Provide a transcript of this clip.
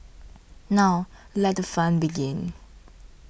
now let the fun begin